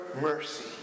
mercy